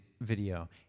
video